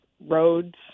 roads